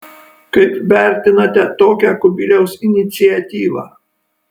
kaip vertinate tokią kubiliaus iniciatyvą